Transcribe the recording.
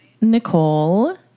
Nicole